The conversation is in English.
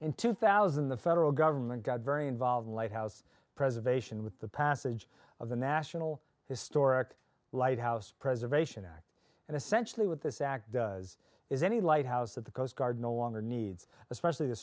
in two thousand the federal government got very involved in lighthouse preservation with the passage of the national historic lighthouse preservation act and essentially what this act does is any lighthouse that the coast guard no longer needs especially the